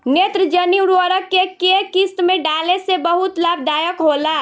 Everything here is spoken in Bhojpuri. नेत्रजनीय उर्वरक के केय किस्त में डाले से बहुत लाभदायक होला?